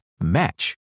match